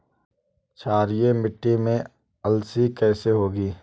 क्षारीय मिट्टी में अलसी कैसे होगी?